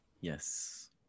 Yes